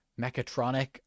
mechatronic